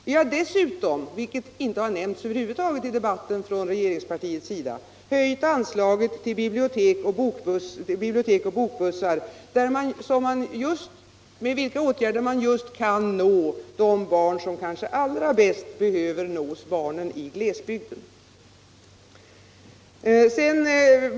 Vi har dessutom -— vilket över huvud taget inte har nämnts i debatten från regeringspartiets sida — föreslagit en höjning av anslaget till bibliotek och bokbussar, med vilka man just kan nå de barn som kanske allra bäst behöver nås, barn i glesbygden.